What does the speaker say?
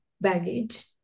baggage